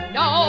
no